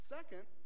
Second